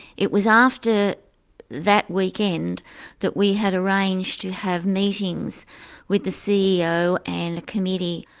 it was after that weekend that we had arranged to have meetings with the ceo and the committee,